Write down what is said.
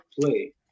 play